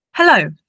Hello